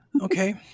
Okay